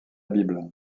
bible